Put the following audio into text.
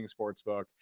sportsbook